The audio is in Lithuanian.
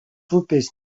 upės